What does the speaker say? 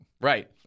Right